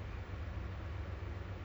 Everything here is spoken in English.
I feel like